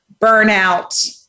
burnout